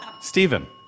Stephen